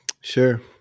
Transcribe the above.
Sure